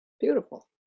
Beautiful